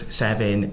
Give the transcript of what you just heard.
seven